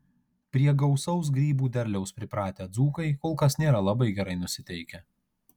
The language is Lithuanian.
prie gausaus grybų derliaus pripratę dzūkai kol kas nėra labai gerai nusiteikę